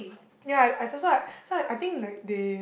ya I so so like so I think like they